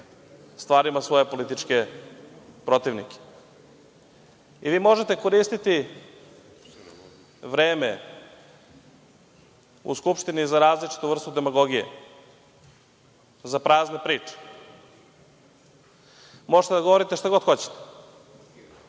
stvarima svoje političke protivnike. Vi možete koristiti vreme u Skupštini za različitu vrstu demagogije, za prazne priče, možete da govorite šta god hoćete,